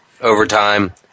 overtime